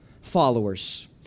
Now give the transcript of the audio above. followers